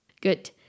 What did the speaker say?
Good